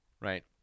right